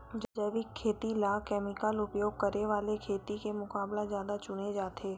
जैविक खेती ला केमिकल उपयोग करे वाले खेती के मुकाबला ज्यादा चुने जाते